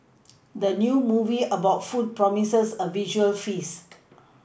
the new movie about food promises a visual feast